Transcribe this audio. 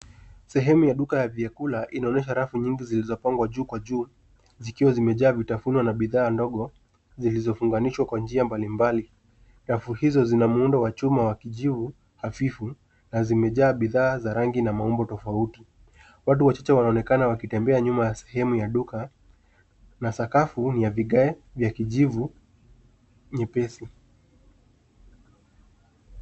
Sehemu ya duka ya vyakula inaonyesha rafu nyingi zilizopangwa juu kwa juu, zikiwa zimejaa vitafuno na bidhaa ndogo zilizofunganishwa kwa njia mbalimbali. Rafu hizo zina muundo wa chuma wa kijivu hafifu na zimejaa bidhaa za rangi na maumbo tofauti. Watu wachache wanaonekana wakitembea nyuma ya sehemu ya duka na sakafu ni ya vigae vya kijivu nyepesi.